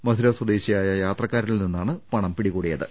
മധുര സ്വദേശിയായ യാത്രക്കാരനിൽ നിന്നാണ് പണം പിടി കൂടിയത്